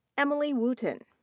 emily wooten.